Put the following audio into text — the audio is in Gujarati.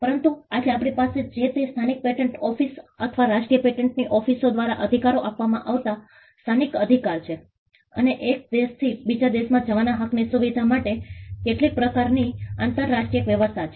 પરંતુ આજે આપણી પાસે જે તે સ્થાનિક પેટન્ટ ઓફિસ અથવા રાષ્ટ્રીય પેટન્ટની ઓફિસો દ્વારા અધિકારો આપવામાં આવતા સ્થાનિક અધિકાર છે અને એક દેશથી બીજા દેશમાં જવાના હકની સુવિધા માટે કેટલીક પ્રકારની આંતરરાષ્ટ્રીય વ્યવસ્થા છે